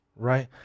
Right